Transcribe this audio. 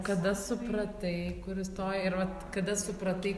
kada supratai kur įstojai ir vat kada supratai